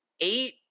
Eight